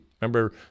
Remember